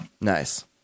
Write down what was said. Nice